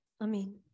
Amen